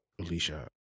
Alicia